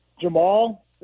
Jamal